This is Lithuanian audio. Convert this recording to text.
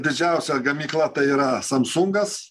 didžiausia gamykla tai yra samsungas